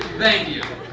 thank you.